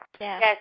yes